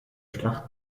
schlacht